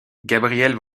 gabriel